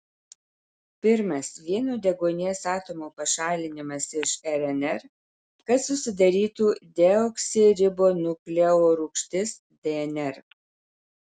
pirmas vieno deguonies atomo pašalinimas iš rnr kad susidarytų deoksiribonukleorūgštis dnr